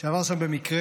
שעבר שם במקרה.